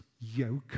yoke